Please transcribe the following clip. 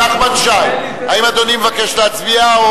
נחמן שי, האם אדוני מבקש להצביע?